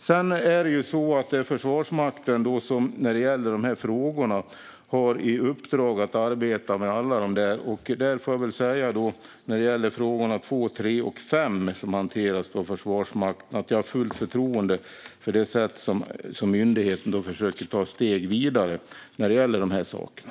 Sedan är det så att det är Försvarsmakten som har i uppdrag att arbeta med dessa frågor. När det gäller frågorna 2, 3 och 5, som hanteras av Försvarsmakten, har jag fullt förtroende för sättet på vilket myndigheten försöker att ta ett steg vidare när det gäller de här sakerna.